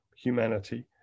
humanity